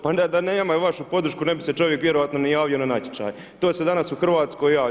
Pa da nema vašu podršku ne bi se čovjek vjerojatno ni javio na natječaj, to se danas u Hrvatskoj javlja.